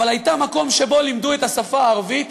אבל הייתה במקום שבו לימדו את השפה הערבית,